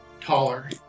taller